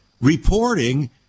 reporting